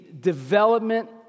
development